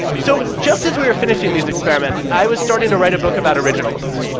so just as we were finishing these experiments, i was starting to write a book about originals,